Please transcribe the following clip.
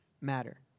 matter